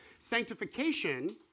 Sanctification